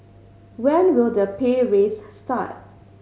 when will the pay raise start